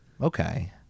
Okay